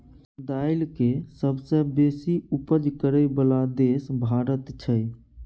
दाइल के सबसे बेशी उपज करइ बला देश भारत छइ